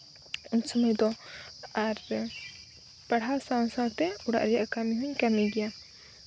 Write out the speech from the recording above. ᱩᱱ ᱥᱚᱢᱚᱭ ᱫᱚ ᱟᱨ ᱯᱟᱲᱦᱟᱣ ᱥᱟᱶ ᱥᱟᱶᱛᱮ ᱚᱲᱟᱜ ᱨᱮᱭᱟᱜ ᱠᱟᱹᱢᱤ ᱦᱚᱸᱧ ᱠᱟᱹᱢᱤ ᱜᱮᱭᱟ